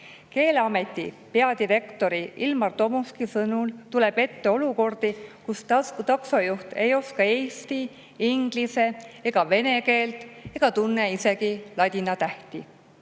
Keeleameti peadirektori Ilmar Tomuski sõnul tuleb ette olukordi, kus taksojuht ei oska eesti, inglise ega vene keelt ega tunne isegi ladina tähti.